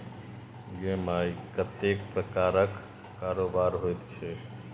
गै माय कतेक प्रकारक कारोबार होइत छै